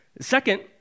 Second